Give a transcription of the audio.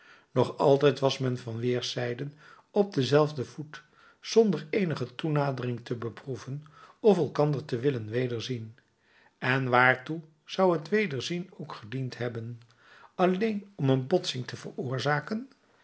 nog altijd was men van weêrszijden op denzelfden voet zonder eenige toenadering te beproeven of elkander te willen wederzien en waartoe zou het wederzien ook gediend hebben alleen om een botsing te veroorzaken